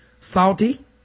salty